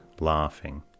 laughing